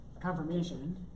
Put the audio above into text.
confirmation